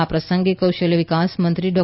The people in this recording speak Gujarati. આ પ્રસંગે કૌશલ્ય વિકાસ મંત્રી ડો